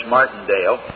Martindale